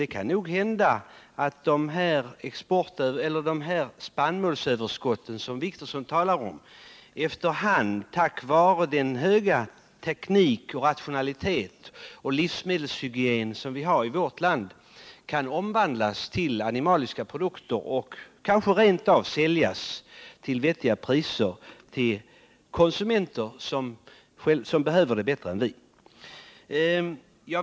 Det kan hända att de spannmålsöverskott som Åke Wictorsson talar om efter hand, tack vare den höga teknik, rationalitet och livsmedelshygien som vi har i vårt land, kommer att kunna omvandlas till animaliska produkter och kanske rent av säljas till vettiga priser till konsumenter som behöver dem bättre än vi.